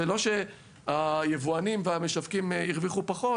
ולא שהיבואנים והמשווקים הרוויחו פחות.